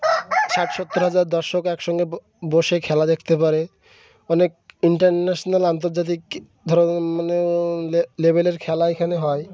ষাট সত্তর হাজার দশক একসঙ্গে বসে খেলা দেখতে পারে অনেক ইন্টারন্যাশানাল আন্তর্জাতিক ধরনের মানে লেভেলের খেলা এখানে হয়